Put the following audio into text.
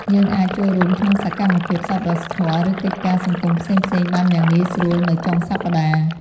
យើងអាចចូលរួមក្នុងសកម្មភាពសប្បុរសធម៌ ឬកិច្ចការសង្គមផ្សេងៗបានយ៉ាងងាយស្រួលនៅចុងសប្តាហ៍។